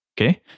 okay